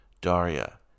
Daria